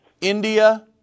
India